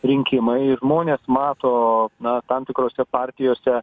rinkimai žmonės mato na tam tikrose partijose